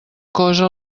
cosa